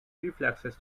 reflexes